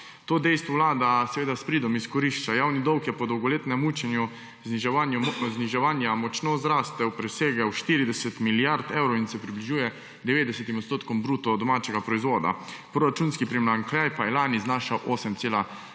To dejstvo Vlada seveda s pridom izkorišča. Javni dolg je po dolgoletnem mučnem zniževanju močno zrastel, presegel 40 milijard evrov in se približuje 90 % bruto domačega proizvoda, proračunski primanjkljaj pa je lani znašal 8,4 %.